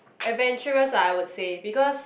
adventurous lah I would say because